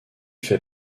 fait